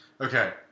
Okay